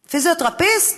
פיזיותרפיסט,